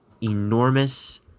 enormous